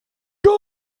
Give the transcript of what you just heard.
gar